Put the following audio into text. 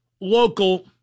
local